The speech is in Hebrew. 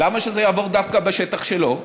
למה שזה יעבור דווקא בשטח שלו?